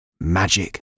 Magic